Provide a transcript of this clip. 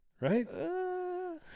Right